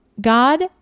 God